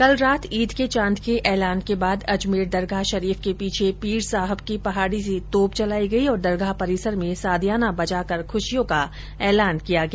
कल रात ईद के चांद के ऐलान के बाद अजमेर दरगाह शरीफ के पीछे पीर साहब की पहाड़ी से तोप चलाई गई और दरगाह परिसर में सादियाना बजाकर खुशियों का ऐलान किया गया